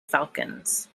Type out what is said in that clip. falcons